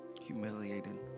humiliated